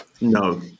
No